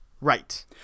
Right